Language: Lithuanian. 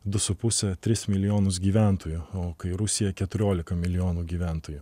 du su puse tris milijonus gyventojų o kai rusija keturiolika milijonų gyventojų